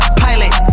pilot